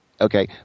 okay